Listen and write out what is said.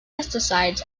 pesticides